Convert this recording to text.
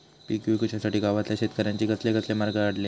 पीक विकुच्यासाठी गावातल्या शेतकऱ्यांनी कसले कसले मार्ग काढले?